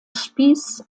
spieß